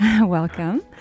Welcome